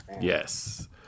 Yes